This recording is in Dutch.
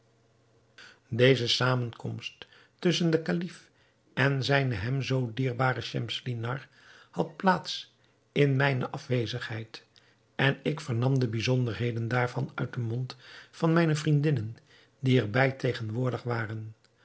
deze zamenkomst tusschen den kalif en zijne hem zoo dierbare schemselnihar had plaats in mijne afwezigheid en ik vernam de bijzonderheden daarvan uit den mond van mijne vriendinnen die er bij tegenwoordig waren